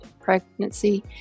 pregnancy